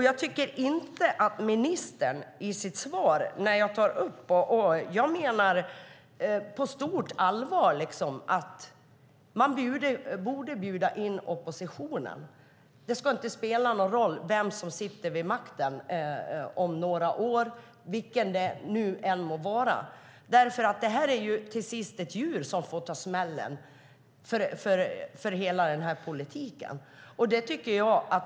Jag menar på fullaste allvar att ni borde bjuda in oppositionen. Det ska inte spela någon roll vem som sitter vid makten om några år. I slutändan är det ett djur som får ta smällen av hela denna politik.